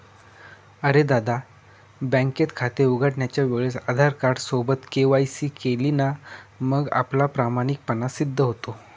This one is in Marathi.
अरे दादा, बँकेत खाते उघडण्याच्या वेळेस आधार कार्ड सोबत के.वाय.सी केली ना मग आपला प्रामाणिकपणा सिद्ध होतो